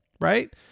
right